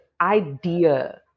idea